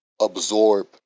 Absorb